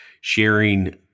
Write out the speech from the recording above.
sharing